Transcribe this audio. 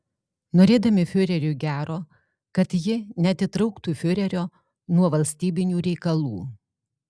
norėdami fiureriui gero kad ji neatitrauktų fiurerio nuo valstybinių reikalų